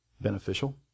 beneficial